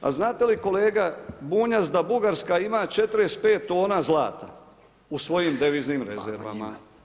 A znate li kolega Bunjac da Bugarska ima 45 tona zlata u svojim deviznim rezervama.